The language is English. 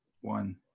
one